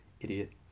Idiot